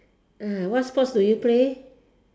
uh what sports do you play